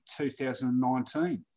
2019